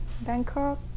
Bangkok